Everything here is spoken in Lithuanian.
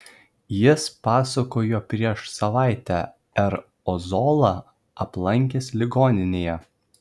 jis pasakojo prieš savaitę r ozolą aplankęs ligoninėje